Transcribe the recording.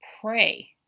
pray